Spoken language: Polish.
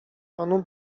panu